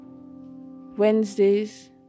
Wednesdays